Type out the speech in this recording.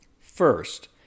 First